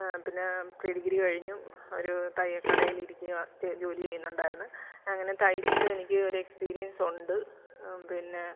ആ പിന്നെ പ്രീഡിഗ്രി കഴിഞ്ഞും ഒരു തയ്യൽ കടയിൽ ഇരിക്കുക ചെയ്തു ജോലി ചെയ്യുന്നുണ്ടായിരുന്നു അങ്ങനെ തയ്ച് എനിക്ക് ഒരു എക്സ്പീരിയൻസ് ഉണ്ട് പിന്നെ